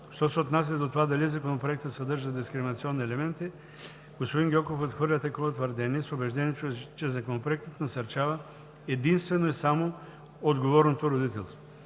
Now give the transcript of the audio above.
Що се отнася до това дали Законопроектът съдържа дискриминационни елементи, господин Гьоков отхвърля такова твърдение, с убеждението, че Законопроектът насърчава единствено и само отговорното родителство.